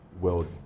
world